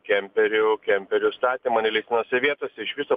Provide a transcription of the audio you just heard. kemperių kemperių statymą neleistinose vietose iš viso